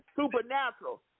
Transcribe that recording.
Supernatural